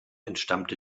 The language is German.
entstammte